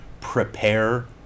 Prepare